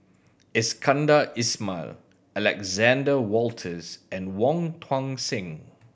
Iskandar Ismail Alexander Wolters and Wong Tuang Seng